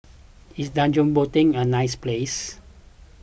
is Djibouti a nice place